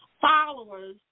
followers